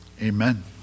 amen